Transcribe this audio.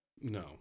No